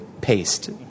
paste